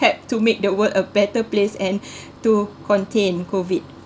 helped to make the world a better place and to contain COVID